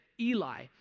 Eli